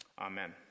Amen